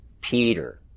Peter